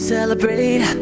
Celebrate